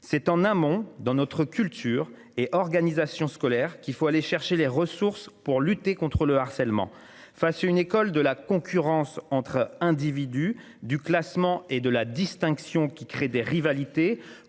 c'est en amont dans notre culture et organisation scolaire qu'il faut aller chercher les ressources pour lutter contre le harcèlement face une école de la concurrence entre individus du classement et de la distinction qui créent des rivalités